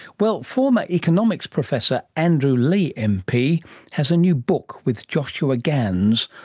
well, former economics professor andrew leigh mp has a new book with joshua gans,